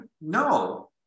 No